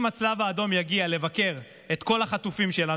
אם הצלב האדום יגיע לבקר את כל החטופים שלנו,